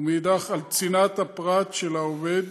ומאידך גיסא, על צנעת הפרט של העובד